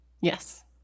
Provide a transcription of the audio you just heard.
Yes